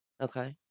Okay